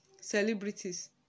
celebrities